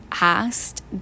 asked